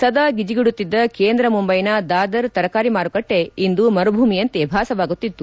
ಸದಾ ಗಿಜಿಗುಡುತ್ತಿದ್ದ ಕೇಂದ್ರ ಮುಂದೈನ ದಾದರ್ ತರಕಾರಿ ಮಾರುಕಟ್ಲೆ ಇಂದು ಮರುಭೂಮಿಯಂತೆ ಭಾಸವಾಗುತ್ತಿತ್ತು